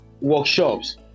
workshops